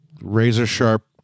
razor-sharp